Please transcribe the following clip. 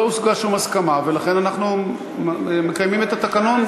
לא הושגה שום הסכמה ולכן אנחנו מקיימים את התקנון,